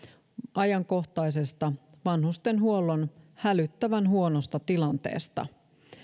ajankohtaisesta vanhustenhuollon hälyttävän huonosta tilanteesta